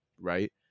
Right